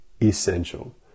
essential